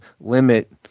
limit